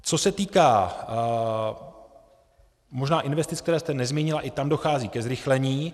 Co se týká možná investic, které jste nezmínila, i tam dochází ke zrychlení.